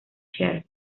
cher